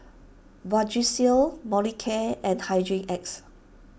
Vagisil Molicare and Hygin X